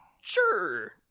Sure